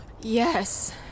yes